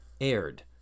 aired